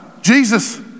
Jesus